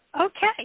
Okay